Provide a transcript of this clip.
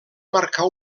marcar